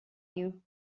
you